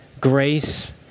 Grace